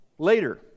Later